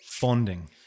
bonding